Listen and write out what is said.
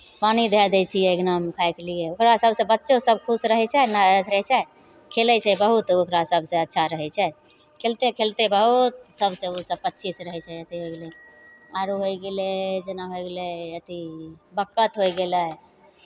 पानी दए दै छियै अङ्गनामे खाइके लिए ओकरा सभसँ बच्चो सभ खुश रहै छै आ नहि अखरै छै खेलै छै बहुत ओकरा सभसँ अच्छा रहै छै खेलते खेलते बहुत सभसँ ओसभ बच्चेसँ रहै छै एतेक हो गेलै आरो होइ गेलै जेना होइ गेलै अथि बकपत होइ गेलै